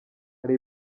hari